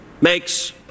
makes